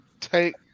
take